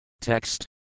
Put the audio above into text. Text